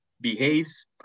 behaves